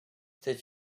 did